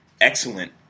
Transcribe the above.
excellent